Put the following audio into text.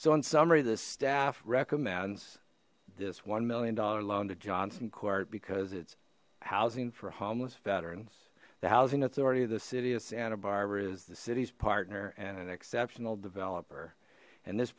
so in summary the staff recommends this one million dollar loan to johnson court because its housing for homeless veterans the housing authority of the city of santa barbara is the city's partner and an exceptional developer and this